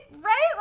Right